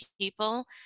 people